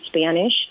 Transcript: Spanish